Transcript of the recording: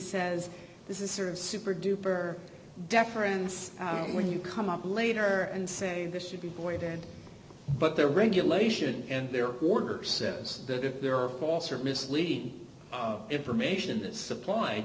says this is sort of super duper deference when you come up later and say this should be avoided but the regulation and their orders says that if there are false or misleading information in the supply